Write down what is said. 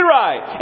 right